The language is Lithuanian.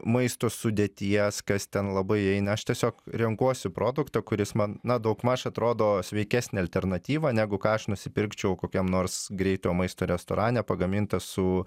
maisto sudėties kas ten labai įeina aš tiesiog renkuosi produktą kuris man na daug maž atrodo sveikesnė alternatyva negu ką aš nusipirkčiau kokiam nors greitojo maisto restorane pagamintą su